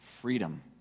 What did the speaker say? freedom